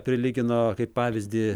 prilygino kaip pavyzdį